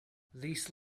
these